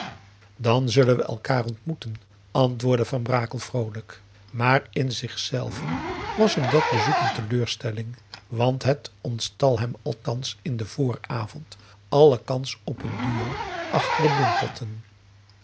dan zullen we elkaar ontmoeten antwoordde van brakel vroolijk maar in zichzelven was hem dat bezoek een teleurstelling want het ontstal hem althans in den vooravond alle kans op een duo achter de bloempotten